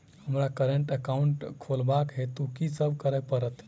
हमरा current account खोलेवाक हेतु की सब करऽ पड़त?